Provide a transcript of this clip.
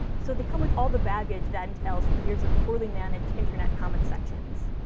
so they come with all the baggage that entails from years of poorly managed internet comments sections.